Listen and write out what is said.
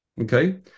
Okay